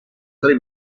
tre